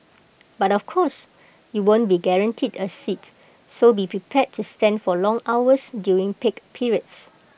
but of course you won't be guaranteed A seat so be prepared to stand for long hours during peak periods